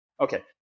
okay